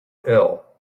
ill